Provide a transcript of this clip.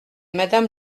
madame